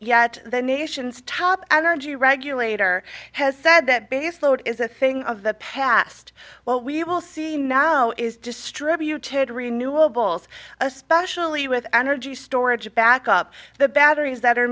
yet the nation's top energy regulator has said that base load is a thing of the past well we will see now is distributed renewables especially with energy storage back up the batteries that are